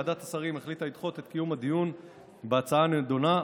ועדת השרים החליטה לדחות את קיום הדיון בהצעה הנדונה,